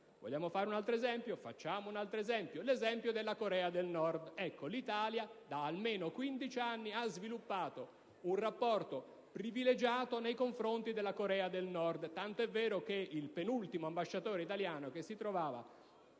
Vogliamo fare un altro esempio? Facciamo un altro esempio: la Corea del Nord. L'Italia da almeno 15 anni ha sviluppato un rapporto privilegiato nei confronti della Corea del Nord, tant'è vero che il penultimo ambasciatore italiano che si trovava